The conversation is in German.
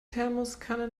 thermoskanne